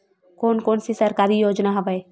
कोन कोन से सरकारी योजना हवय?